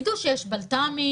יידעו שיש בלת"מים,